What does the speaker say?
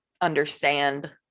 understand